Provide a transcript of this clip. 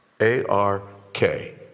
A-R-K